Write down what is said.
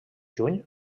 juny